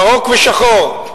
ירוק ושחור.